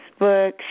Facebook